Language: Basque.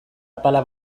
apala